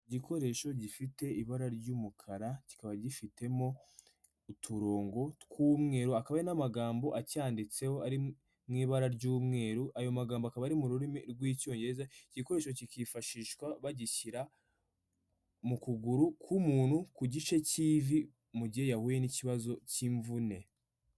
Igikoresho gifite ibara ry'umukara kikaba gifitemo uturongo tw'umweru, akaba ari n'amagambo acyanditseho ari mu ibara ry'umweru, ayo magambo akaba ari mu rurimi rw'icyongereza, iki gikoresho kikifashishwa bagishyira mu kuguru k'umuntu ku gice cy'ivi mu gihe yahuye n'ikibazo cy'imvune.